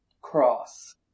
Cross